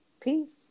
Peace